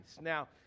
Now